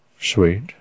Sweet